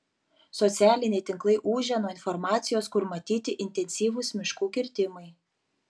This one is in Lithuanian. socialiniai tinklai ūžia nuo informacijos kur matyti intensyvūs miškų kirtimai